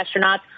astronauts